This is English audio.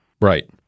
Right